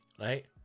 Right